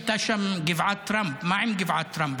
הייתה שם גבעת טראמפ, מה עם גבעת טראמפ?